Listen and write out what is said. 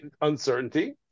uncertainty